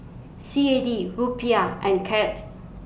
C A D Rupiah and Kyat